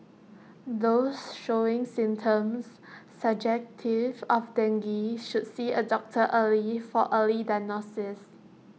those showing symptoms suggestive of dengue should see A doctor early for early diagnosis